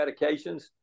medications